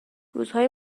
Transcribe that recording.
روزهای